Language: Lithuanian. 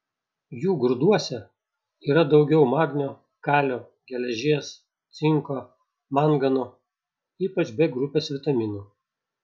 jų grūduose yra daugiau magnio kalio geležies cinko mangano ypač b grupės vitaminų